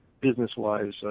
business-wise